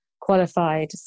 qualified